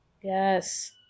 Yes